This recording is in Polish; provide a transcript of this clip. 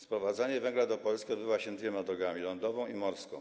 Sprowadzanie węgla do Polski odbywa się dwiema drogami - lądową i morską.